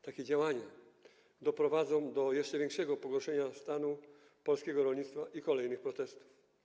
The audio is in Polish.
Takie działania doprowadzą do jeszcze większego pogorszenia stanu polskiego rolnictwa i do kolejnych protestów.